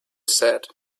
said